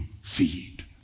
feed